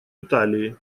италии